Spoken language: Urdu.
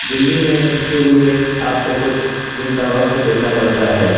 دلی میں اس کے لیے آپ کو کچھ دن کا وقت دینا پڑتا ہے